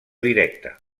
directa